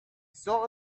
saw